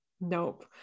Nope